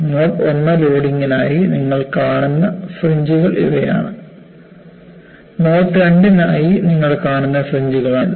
mode 1 ലോഡിംഗിനായി നിങ്ങൾ കാണുന്ന ഫ്രിഞ്ച്കൾ ഇവയാണ് മോഡ് 2 നായി നിങ്ങൾ കാണുന്ന ഫ്രിഞ്ച്കളാണിത്